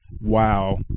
Wow